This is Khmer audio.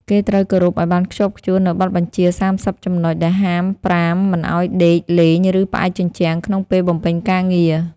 គេត្រូវគោរពឱ្យបានខ្ជាប់ខ្ជួននូវបទបញ្ជាសាមសិបចំណុច ដែលហាមប្រាមមិនឱ្យដេក លេង ឬផ្អែកជញ្ជាំងក្នុងពេលបំពេញការងារ។